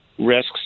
risks